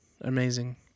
amazing